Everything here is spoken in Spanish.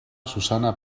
susana